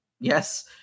yes